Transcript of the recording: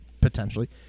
Potentially